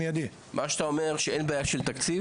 מעל 100. גברתי את אולי לא בקיאה בנתונים,